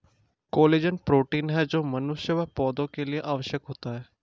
collagen protein होता है जो मनुष्य व पौधा के लिए आवश्यक होता है